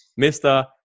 Mr